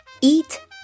eat